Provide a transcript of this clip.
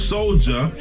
Soldier